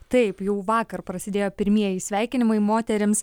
taip jau vakar prasidėjo pirmieji sveikinimai moterims